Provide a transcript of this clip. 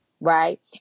Right